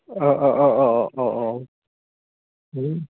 औ औ औ औ औ